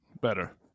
Better